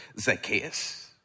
Zacchaeus